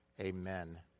amen